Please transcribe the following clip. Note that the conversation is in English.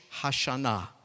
Hashanah